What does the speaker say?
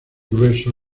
grueso